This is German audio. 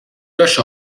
wäsche